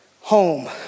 home